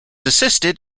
assisted